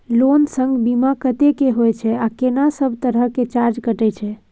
Loan संग बीमा कत्ते के होय छै आ केना सब तरह के चार्ज कटै छै?